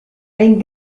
ein